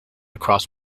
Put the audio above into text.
across